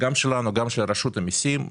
גם שלנו וגם של רשות המסים,